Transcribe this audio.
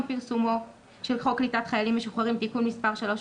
פרסומו של חוק קליטת חיילים משוחררים (תיקון מס' 23,